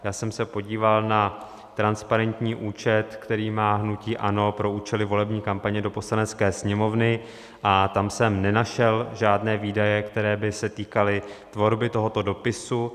Já jsem se podíval na transparentní účet, který má hnutí ANO pro účely volební kampaně do Poslanecké sněmovny, a tam jsem nenašel žádné výdaje, které by se týkaly tvorby tohoto dopisu.